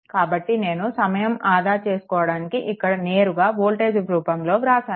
కాబట్టి నేను సమయం ఆదా చేయడానికి ఇక్కడ నేరుగా వోల్టేజ్ రూపంలో వ్రాసాను